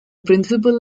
principal